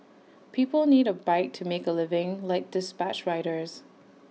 people need A bike to make A living like dispatch riders